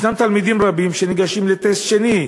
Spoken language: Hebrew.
תלמידים רבים ניגשים לטסט שני,